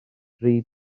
dri